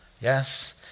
Yes